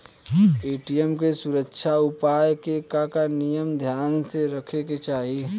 ATM के सुरक्षा उपाय के का का नियम ध्यान में रखे के चाहीं?